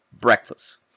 breakfast